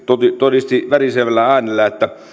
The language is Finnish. todisti värisevällä äänellään että